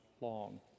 long